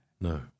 No